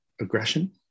aggression